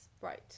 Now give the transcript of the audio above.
Right